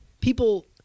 people